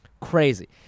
crazy